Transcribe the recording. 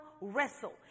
wrestle